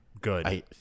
good